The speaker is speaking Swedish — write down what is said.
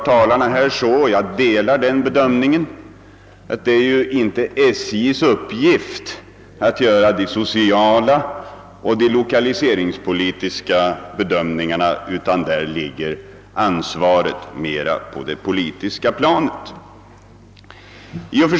Även jag är — som jag framhållit i mitt svar — av den uppfattningen att det inte är SJ:s uppgift att göra de sociala och lokaliseringspolitiska värderingarna, utan att ansvaret därvidlag ligger på det politiska planet.